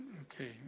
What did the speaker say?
Okay